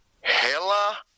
Hella